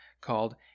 called